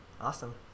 Awesome